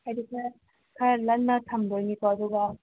ꯍꯥꯏꯗꯤ ꯈꯔ ꯈꯔ ꯂꯟꯅ ꯊꯝꯗꯣꯏꯅꯤꯀꯣ ꯑꯗꯨꯒ